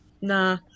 Nah